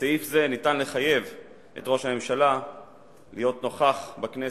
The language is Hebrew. ניתן לחייב את ראש הממשלה להיות נוכח בכנסת,